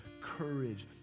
courage